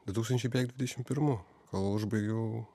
du tūkstančiai dvidešim pirmų kol užbaigiau